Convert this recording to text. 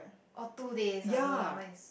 oh two days ah no lah mine is